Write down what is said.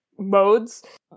Modes